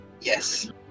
Yes